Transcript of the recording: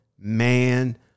Man